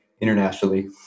internationally